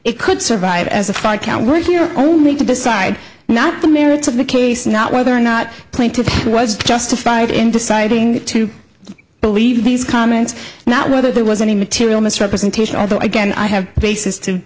it could survive as a five count word here only to decide not the merits of the case not whether or not plaintiff was justified in deciding to believe these comments not whether there was any material misrepresentation although again i have basis to